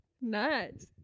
Nice